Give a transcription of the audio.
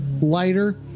Lighter